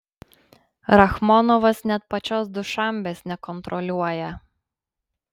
rachmonovas net pačios dušanbės nekontroliuoja